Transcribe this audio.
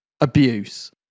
abuse